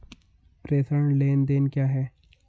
प्रेषण लेनदेन क्या है?